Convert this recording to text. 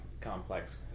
complex